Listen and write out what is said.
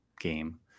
game